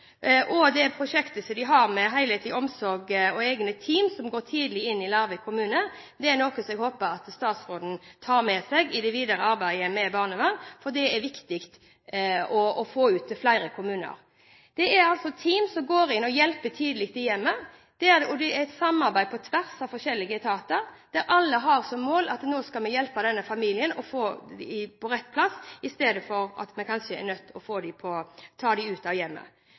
fylke. Det prosjektet i Larvik kommune har med helhetlig omsorg å gjøre, og har egne team som går inn tidlig. Dette er noe jeg håper statsråden tar med seg i det videre arbeidet med barnevern, og som det er viktig å få ut til flere kommuner. Det er altså team som går tidlig inn og hjelper hjemmet, og det er et samarbeid på tvers av forskjellige etater, der alle har som mål å hjelpe denne familien og få den på rett plass, i stedet for at man kanskje er nødt til å ta barn ut av hjemmet.